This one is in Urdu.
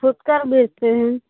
خود کا بیچتے ہیں